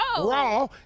raw